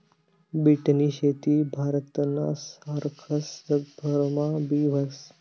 बीटनी शेती भारतना सारखस जगभरमा बी व्हस